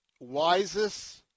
wisest